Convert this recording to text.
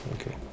Okay